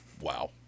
Wow